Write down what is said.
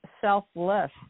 selfless